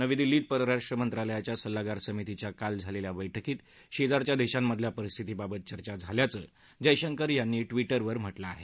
नवी दिल्लीत परराष्ट्र मंत्रालयाच्या सल्लागार समितीच्या काल झालेल्या बस्कीत शेजारच्या देशांमधल्या परिस्थितीबाबत चर्चा झाल्याचं जयशंकर यांनी ट्विटरवर म्हटलं आहे